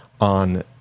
on